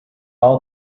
all